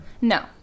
No